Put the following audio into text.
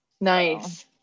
Nice